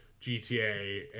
GTA